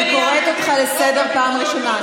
אני קוראת אותך לסדר פעם ראשונה.